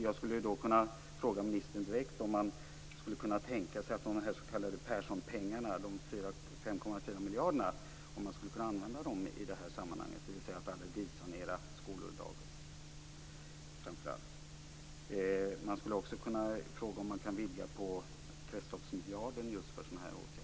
Jag vill fråga ministern direkt om man kan tänka sig att de s.k. Perssonpengarna, de 5,4 miljarderna, skulle kunna användas för att allergisanera framför allt skolor och dagis. Jag vill också fråga om man kan utvidga kretsloppsmiljarden just till sådana här åtgärder. Varför skulle man göra det?